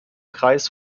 kreis